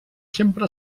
sempre